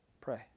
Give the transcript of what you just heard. pray